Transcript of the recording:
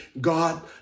God